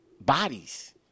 bodies